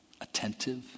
attentive